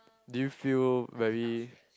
did you feel very